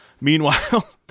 Meanwhile